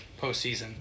postseason